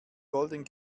golden